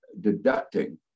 deducting